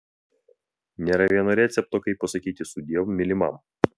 nėra vieno recepto kaip pasakyti sudiev mylimam